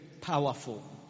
powerful